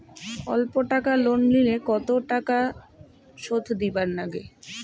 অল্প টাকা লোন নিলে কতো টাকা শুধ দিবার লাগে?